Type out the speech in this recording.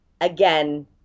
again